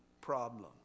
problem